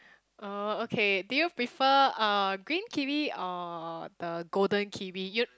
oh okay do you prefer uh green kiwi or the golden kiwi you